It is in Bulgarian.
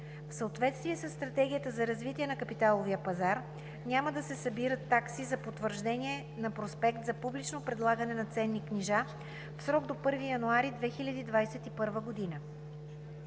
В съответствие със Стратегията за развитие на капиталовия пазар няма да се събират такси за потвърждение на проспект за публично предлагане на ценни книжа в срок до 1 януари 2021 г.